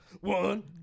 One